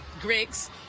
Griggs